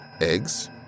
eggs